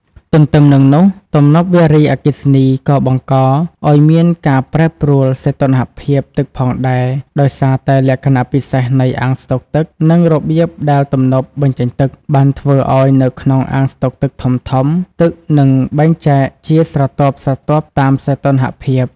ទន្ទឹមនឹងនោះ ទំនប់វារីអគ្គិសនីក៏បង្កឱ្យមានការប្រែប្រួលសីតុណ្ហភាពទឹកផងដែរ ដោយសារតែលក្ខណៈពិសេសនៃអាងស្តុកទឹក និងរបៀបដែលទំនប់បញ្ចេញទឹក បានធ្វើឲ្យនៅក្នុងអាងស្តុកទឹកធំៗ ទឹកនឹងបែងចែកជាស្រទាប់ៗតាមសីតុណ្ហភាព។